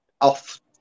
off